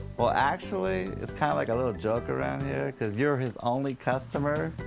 well, actually, it's kind of like a little joke around here, cuz you're his only customer.